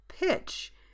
pitch